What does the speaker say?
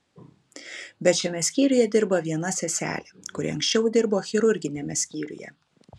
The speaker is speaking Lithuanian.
bet šiame skyriuje dirba viena seselė kuri anksčiau dirbo chirurginiame skyriuje